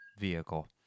vehicle